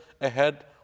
ahead